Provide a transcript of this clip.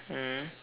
mm